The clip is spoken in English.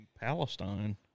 Palestine